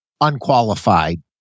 unqualified